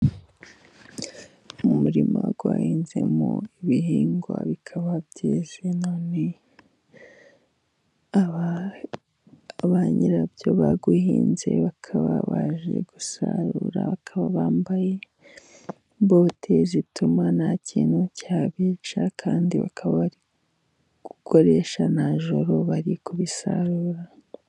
Mu murima wahinzwemo ibihingwa bikaba byiza. None banyirabyo bawuhinze bakaba baje gusarura. Bakaba bambaye bote, zituma nta kintu cyabica. kandi bakaba bari gukoresha nanjoro bari kubisarura.